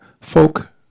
folk